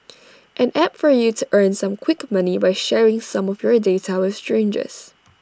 an app for you to earn some quick money by sharing some of your data with strangers